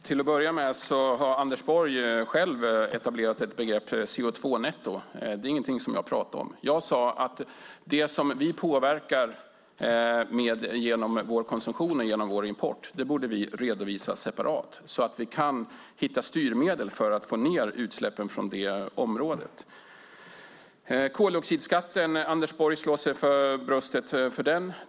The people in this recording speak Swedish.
Herr talman! Till att börja med har Anders Borg själv etablerat begreppet CO2-netto. Det är ingenting jag pratade om. Jag sade att det vi påverkar genom vår konsumtion och vår import borde vi redovisa separat, så att vi kan hitta styrmedel för att få ned utsläppen från detta område. När det gäller koldioxidskatten slår sig Anders Borg för bröstet för den.